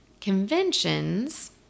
conventions